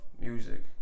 music